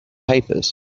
papers